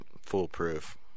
foolproof